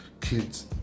kids